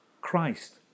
Christ